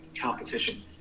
competition